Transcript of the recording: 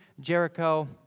Jericho